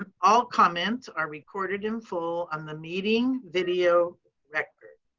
ah all comments are recorded in full on the meeting video record.